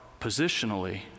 positionally